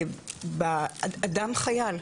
אדם חייל,